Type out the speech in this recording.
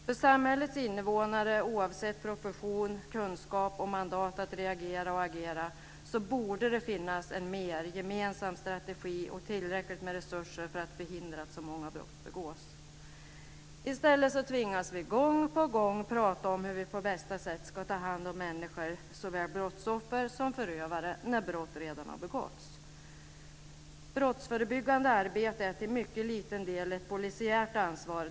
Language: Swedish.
För samhällets invånare oavsett profession, kunskap och mandat att reagera och agera borde det finnas en gemensam strategi och tillräckligt med resurser för att hindra att så många brott begås. I stället tvingas vi gång på gång tala om hur vi på bästa sätt ska ta hand om människor, såväl brottsoffer som förövare, när brott redan har begåtts. Brottsförebyggande arbete är till en mycket liten del ett polisiärt ansvar.